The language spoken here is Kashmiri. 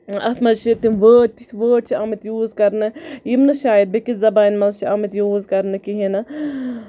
اَتھ منٛز چھِ تِم وٲڑ تہِ تِتھۍ وٲڑ چھِ آمٕتۍ یوٗز کرنہٕ یِم نہٕ شایَد بیٚیہِ کِس زَبانہِ منٛز چھِ آمٕتۍ یوٗز کرنہٕ کِہیٖنۍ نہٕ